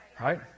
Right